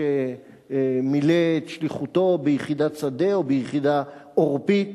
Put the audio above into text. שמילא את שליחותו ביחידת שדה או ביחידה עורפית.